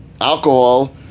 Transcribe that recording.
alcohol